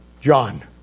John